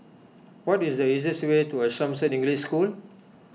what is the easiest way to Assumption English School